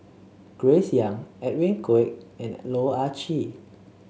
Grace Young Edwin Koek and Loh Ah Chee